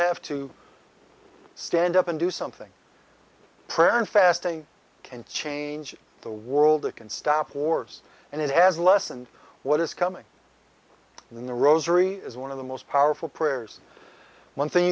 have to stand up and do something prayer and fasting can change the world it can stop wars and it has lessened what is coming in the rosary as one of the most powerful prayers one thing